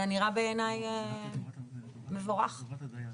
שנראה בעיניי מבורך לפחות כרגע.